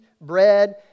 bread